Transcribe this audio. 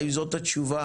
האם זאת התשובה?